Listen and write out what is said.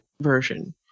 version